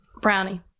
Brownie